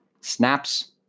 snaps